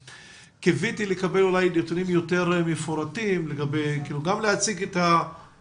קיוויתי לקבל אולי נתונים יותר מפורטים ושיציגו לנו גם את התקינה,